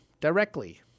directly